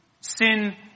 Sin